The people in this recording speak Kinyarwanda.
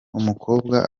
umukobwa